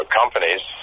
companies